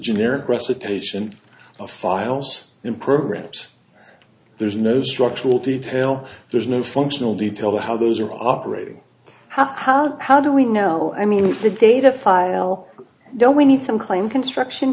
generic recitation of files and programs there's no structural detail there's no functional detail of how those are operating how do how do we know i mean the data file don't we need some claim construction